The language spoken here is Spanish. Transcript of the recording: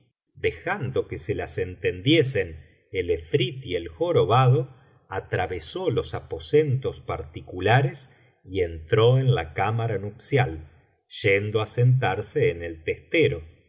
dejando que se las entendiesen el efrit y el jorobado atravesó los aposentos particulares y entró en la cámara nupcial yendo á sentarse en el testero y